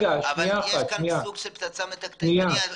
אבל יש פה סוג של פצצה מתקתקת.